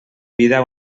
vida